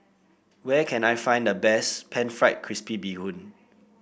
where can I find the best pan fried crispy Bee Hoon